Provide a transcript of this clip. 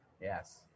Yes